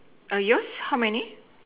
are yours how many